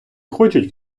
хочуть